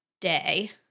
day